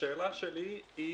השאלה שלי היא